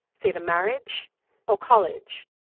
it's either marriage or college